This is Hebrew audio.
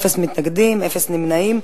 אפס מתנגדים ואפס נמנעים.